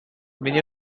many